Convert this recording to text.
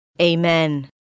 Amen